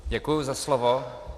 Děkuji za slovo.